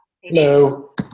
Hello